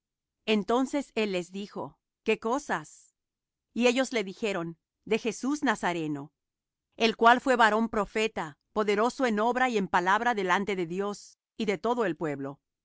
entonces él les dijo qué cosas y ellos le dijeron de jesús nazareno el cual fué varón profeta poderoso en obra y en palabra delante de dios y de todo el pueblo